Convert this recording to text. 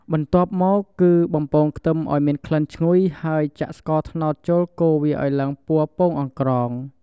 បន្ទាប់មកគឺ បំពងខ្ទឹម ឱ្យមានក្លិនឈ្ងុយហើយ ចាក់ស្ករត្នោតចូលកូរវាឱ្យឡើងពណ៌ពងអង្ក្រង ។